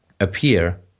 appear